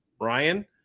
Ryan